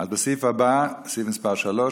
סעיף מס' 3,